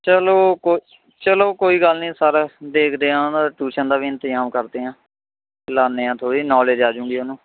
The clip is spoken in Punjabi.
ਚਲੋ ਕੋ ਚਲੋ ਕੋਈ ਗੱਲ ਨਹੀਂ ਸਰ ਦੇਖਦੇ ਹਾਂ ਉਹਨਾਂ ਦੀ ਟਿਊਸ਼ਨ ਦਾ ਵੀ ਇੰਤਜਾਮ ਕਰਦੇ ਹਾਂ ਲਾਉਂਦੇ ਹਾਂ ਥੋੜ੍ਹੀ ਜਿਹੀ ਨੌਲੇਜ਼ ਆ ਜੂਗੀ ਉਹਨੂੰ